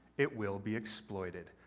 it will be exploited.